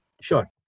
Sure